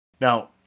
Now